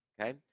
Okay